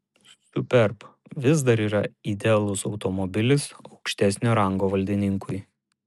superb vis dar yra idealus automobilis aukštesnio rango valdininkui